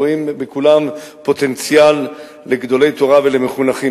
רואים בכולם פוטנציאל לגדולי תורה ומחונכים.